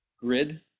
grid